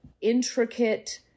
intricate